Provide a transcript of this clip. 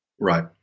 Right